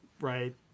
right